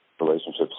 relationships